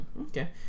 Okay